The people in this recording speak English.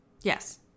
Yes